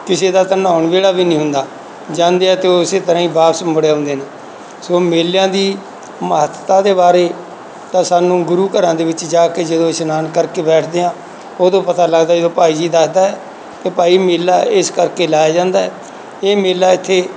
ਕਿਸੇ ਦਾ ਤਾਂ ਨਹਾਉਣ ਵੇਲਾ ਵੀ ਨਹੀਂ ਹੁੰਦਾ ਜਾਂਦੇ ਆ ਅਤੇ ਉਸ ਤਰ੍ਹਾਂ ਹੀ ਵਾਪਿਸ ਮੁੜ ਆਉਂਦੇ ਨੇ ਸੋ ਮੇਲਿਆਂ ਦੀ ਮਹੱਤਤਾ ਦੇ ਬਾਰੇ ਤਾਂ ਸਾਨੂੰ ਗੁਰੂ ਘਰਾਂ ਦੇ ਵਿੱਚ ਜਾ ਕੇ ਜਦੋਂ ਇਸਨਾਨ ਕਰਕੇ ਬੈਠਦੇ ਹਾਂ ਉਦੋਂ ਪਤਾ ਲੱਗਦਾ ਜਦੋਂ ਭਾਈ ਜੀ ਦੱਸਦਾ ਕਿ ਭਾਈ ਮੇਲਾ ਇਸ ਕਰਕੇ ਲਗਾਇਆ ਜਾਂਦਾ ਇਹ ਮੇਲਾ ਇੱਥੇ